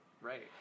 Right